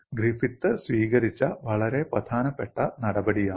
Griffith സ്വീകരിച്ച വളരെ പ്രധാനപ്പെട്ട നടപടിയാണിത്